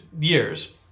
years